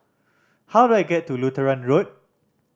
how do I get to Lutheran Road